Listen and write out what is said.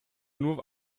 nur